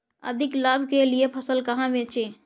अधिक लाभ के लिए फसल कहाँ बेचें?